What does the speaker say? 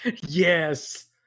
Yes